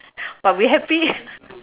but we happy